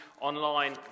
online